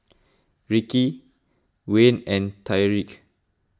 Ricki Wayne and Tyrique